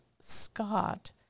Scott